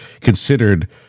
considered